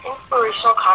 inspirational